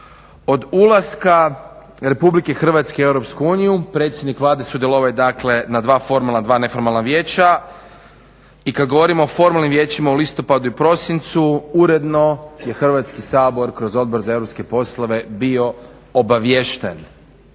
Od ulaska RH u EU predsjednik Vlade sudjelovao je dakle na dva formalna, dva neformalna vijeća i kad govorimo o formalnim vijećima u listopadu i prosincu uredno je Hrvatski sabor kroz Odbor za europske poslove bio obaviješten